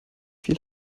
viel